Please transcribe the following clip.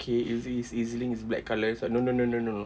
okay is it his E_Z link card is black colour so no no no no no